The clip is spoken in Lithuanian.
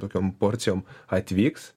tokiom porcijom atvyks